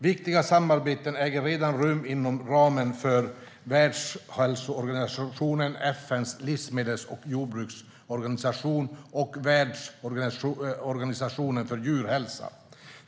Viktiga samarbeten äger redan rum inom ramen för Världshälsoorganisationen, FN:s livsmedels och jordbruksorganisation och Världsorganisationen för djurhälsa.